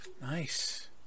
Nice